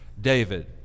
David